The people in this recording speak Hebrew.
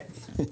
כן.